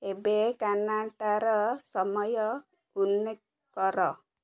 ଏବେ କାନାଡ଼ାର ସମୟ ଉଲ୍ଲେଖ କର